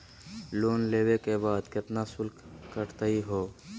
Loan लेवे के बाद केतना शुल्क कटतही हो?